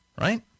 Right